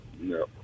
No